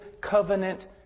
covenant